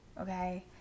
okay